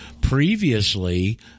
Previously